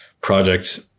project